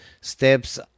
steps